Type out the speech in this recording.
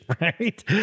right